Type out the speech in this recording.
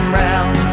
round